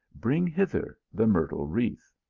bring hither the myrtle wreath.